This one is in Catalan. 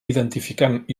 identificant